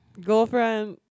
girlfriend